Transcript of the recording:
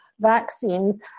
vaccines